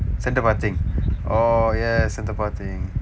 center parting oh yes center parting